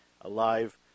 alive